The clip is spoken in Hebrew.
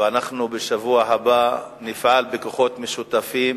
ובשבוע הבא אנחנו נפעל בכוחות משותפים